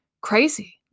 crazy